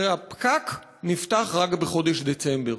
והפקק נפתח רק בחודש דצמבר.